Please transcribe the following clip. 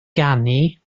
ganu